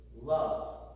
love